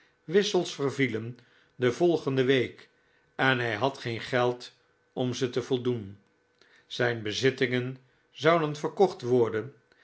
wissels vervielen de volgende week en hij had geen geld om ze te voldoen zijn bezittingen zouden verkocht worden